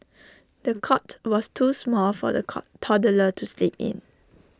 the cot was too small for the cold toddler to sleep in